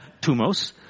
tumos